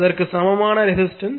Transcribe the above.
அதற்கு சமமான ரெசிஸ்டன்ஸ்